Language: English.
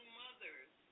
mothers